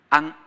Ang